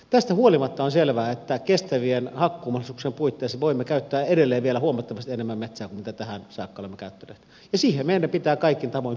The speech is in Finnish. tästä huolimatta on selvää että kestä vien hakkuumahdollisuuksien puitteissa voimme käyttää edelleen vielä huomattavasti enemmän metsää kuin mitä tähän saakka olemme käyttäneet ja siihen meidän pitää kaikin tavoin pyrkiä